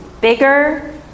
bigger